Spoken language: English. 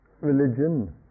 religion